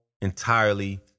entirely